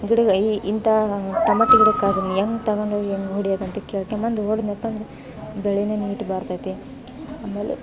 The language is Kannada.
ಗಿಡುಗ ಈ ಇಂಥ ಟಮಟಿ ಗಿಡಕ್ಕೆ ಅದನ್ನ ಹೆಂಗೆ ತಗೊಂಡೋಗಿ ಹೆಂಗೆ ಹೊಡೆಯೋದಂತ ಕೇಳ್ಕೊಂಡ್ಬಂದು ಹೊಡ್ದ್ನಪ್ಪ ಅಂದ್ರೆ ಬೆಳೇನೆ ನೀಟ್ ಬರ್ತೈತೆ ಆಮೇಲೆ